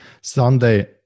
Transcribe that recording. Sunday